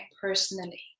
personally